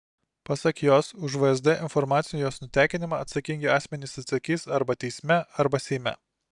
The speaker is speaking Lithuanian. pasak jos už vsd informacijos nutekinimą atsakingi asmenys atsakys arba teisme arba seime